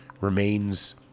remains